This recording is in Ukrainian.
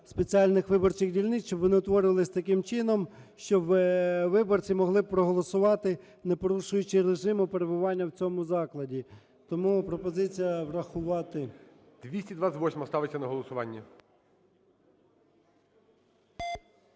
спеціальних виборчих дільниць, щоб вони утворювались таким чином, щоби виборці могли проголосувати, не порушуючи режиму перебування в цьому закладі. Тому пропозиція врахувати. ГОЛОВУЮЧИЙ. 228-а ставиться на голосування.